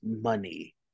money